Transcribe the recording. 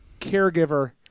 caregiver